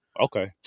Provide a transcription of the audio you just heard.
Okay